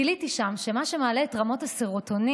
גיליתי שם שמה שמעלה את רמות הסרוטונין,